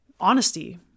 Honesty